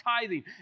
tithing